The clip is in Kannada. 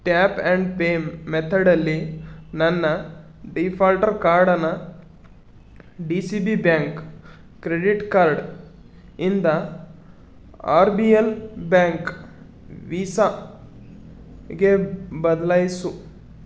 ಟ್ಯಾಪ್ ಆ್ಯಂಡ್ ಪೇ ಮೆಥಡಲ್ಲಿ ನನ್ನ ಡಿಫಾಲ್ಟರ್ ಕಾರ್ಡನ್ನ D C B bank credit ಕಾರ್ಡಿಂದ ಆರ್ ಬಿ ಎಲ್ ಬ್ಯಾಂಕ್ ವೀಸಾಗೆ ಬದಲಾಯ್ಸು